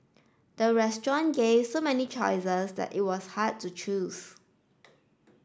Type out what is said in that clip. the restaurant gave so many choices that it was hard to choose